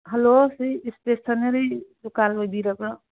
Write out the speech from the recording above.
hello ꯁꯤ stationery ꯗꯨꯀꯥꯟ ꯑꯣꯏꯕꯤꯔꯕ꯭ꯔ